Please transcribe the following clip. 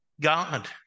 God